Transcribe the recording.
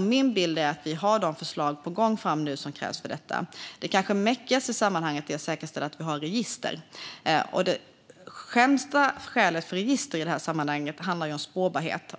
Min bild är att vi har nu har de förslag på gång som krävs för detta. Det kanske meckigaste i sammanhanget är att säkerställa att vi har register. Det främsta skälet för register handlar om spårbarhet.